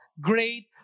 great